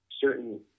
certain